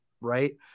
right